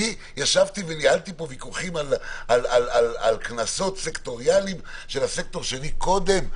ישבתי וניהלתי פה ויכוחים על קנסות סקטוריאליים על הסקטור שלי קודם?